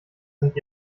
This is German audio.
sind